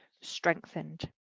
strengthened